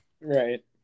Right